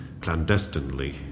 clandestinely